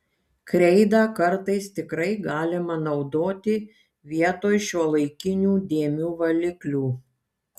kreidą kartais tikrai galima naudoti vietoj šiuolaikinių dėmių valiklių